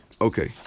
Okay